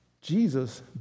Jesus